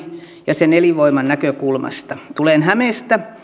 ja sen elinvoiman näkökulmasta tulen hämeestä